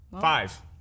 Five